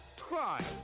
crime